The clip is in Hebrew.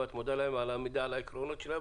שאם את מודה להם על העמידה על העקרונות שלהם,